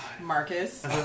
Marcus